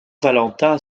valentin